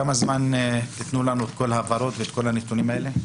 בתוך כמה זמן תיתנו לנו את כל ההבהרות וכל הנתונים האלה?